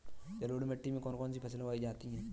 जलोढ़ मिट्टी में कौन कौन सी फसलें उगाई जाती हैं?